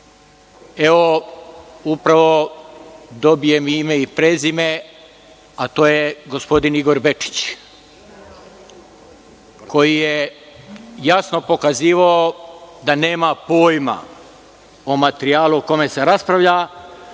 Evo, upravo dobijam ime i prezime, a to je gospodin Igor Bečić, koji je jasno pokazivao da nema pojma o materijalu o kojem se raspravlja,